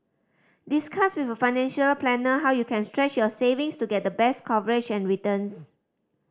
discuss with a financial planner how you can stretch your savings to get the best coverage and returns